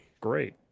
Great